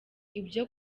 ibyo